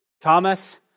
Thomas